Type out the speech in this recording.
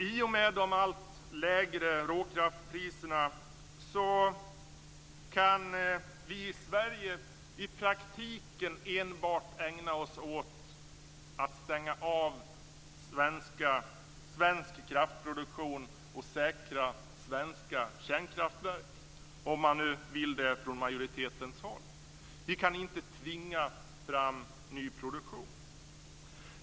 I och med de allt lägre råkraftspriserna kan vi i Sverige i praktiken enbart ägna oss åt att stänga av svensk kraftproduktion och säkra svenska kärnkraftverk, om man nu vill det från majoritetens håll. Vi kan inte tvinga fram ny produktion.